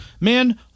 Man